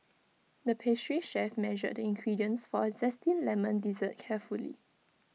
the pastry chef measured the ingredients for A Zesty Lemon Dessert carefully